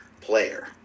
player